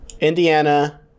indiana